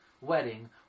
wedding